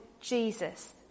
Jesus